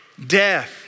Death